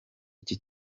iki